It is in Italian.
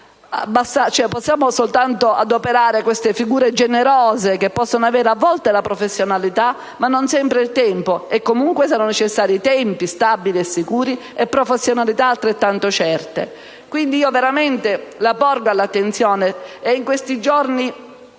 Possiamo soltanto adoperare queste figure generose che possono avere, a volte, la professionalità, ma non sempre il tempo, e ricordo che sono necessari tempi stabili e sicuri e professionalità altrettanto certe. Pongo quindi alla vostra attenzione il problema. In questi giorni